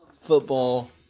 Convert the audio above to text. football